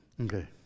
Okay